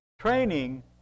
training